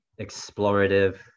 explorative